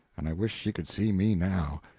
and i wished she could see me now.